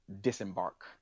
disembark